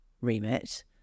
remit